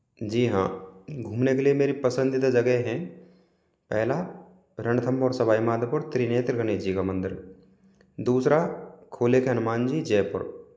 जी हाँ घूमने के लिए मेरी पसंदीदा जगह हैं पहला रणथंबोर सवाई माधोपुर त्रिनेत्र गणेश जी का मंदिर दूसरा खोले के हनुमान जी जयपुर